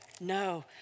no